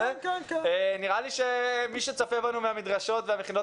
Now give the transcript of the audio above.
נראה לי שמי שצופה בנו מהמדרשות ומהמכינות